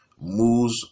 moves